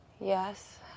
Yes